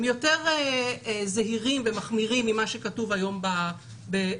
הם יותר זהירים ומחמירים ממה שכתוב היום בפקודה,